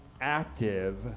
active